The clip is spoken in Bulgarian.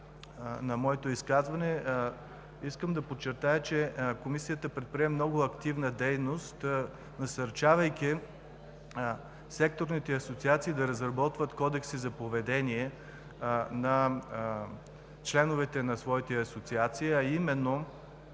на моето изказване искам да подчертая, че Комисията предприе много активна дейност, насърчавайки секторните асоциации да разработват кодекси за поведение на членовете на своите асоциации, а именно